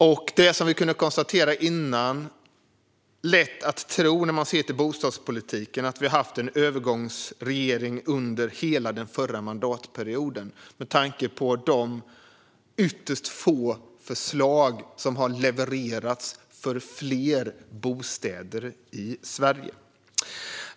Vi kunde tidigare konstatera att det är lätt att tro, när man ser till bostadspolitiken, att vi har haft en övergångsregering under hela den förra mandatperioden med tanke på de ytterst få förslag som har levererats för fler bostäder i Sverige.